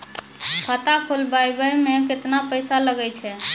खाता खोलबाबय मे केतना पैसा लगे छै?